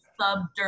subdermal